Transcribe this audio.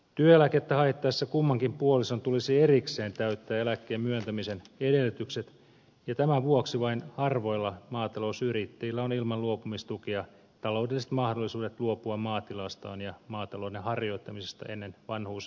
työeläkettä haettaessa kummankin puolison tulisi erikseen täyttää eläkkeen myöntämisen edellytykset ja tämän vuoksi vain harvoilla maatalousyrittäjillä on ilman luopumistukea taloudelliset mahdollisuudet luopua maatilastaan ja maatalouden harjoittamisesta ennen vanhuuseläkeikää